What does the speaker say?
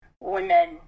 women